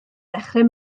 ddechrau